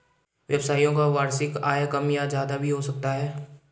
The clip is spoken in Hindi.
व्यवसायियों का वार्षिक आय कम या ज्यादा भी हो सकता है